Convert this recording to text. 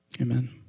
Amen